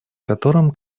котором